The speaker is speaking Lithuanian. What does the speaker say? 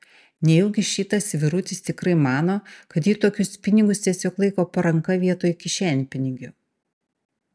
nejaugi šitas vyrutis tikrai mano kad ji tokius pinigus tiesiog laiko po ranka vietoj kišenpinigių